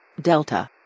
Delta